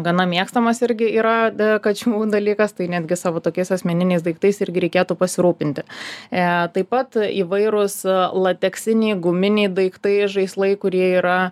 gana mėgstamas irgi yra ė kačių dalykas tai netgi savo tokiais asmeniniais daiktais irgi reikėtų pasirūpinti e taip pat įvairūs lateksiniai guminiai daiktai žaislai kurie yra